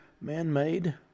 man-made